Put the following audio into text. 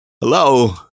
Hello